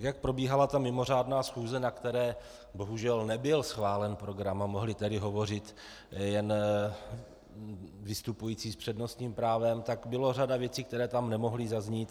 Jak probíhala mimořádná schůze, na které bohužel nebyl schválen program, a mohli tedy hovořit jen vystupující s přednostním právem, tak byla řada věcí, které tam nemohly zaznít.